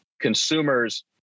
consumers